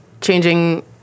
changing